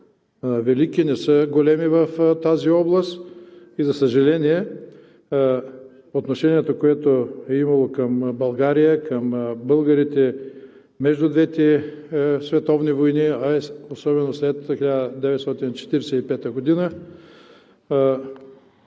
велики, не са големи в тази област и, за съжаление, отношението, което е имало към България, към българите между двете световни войни, а и особено след 1945 г., се е запазило